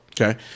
Okay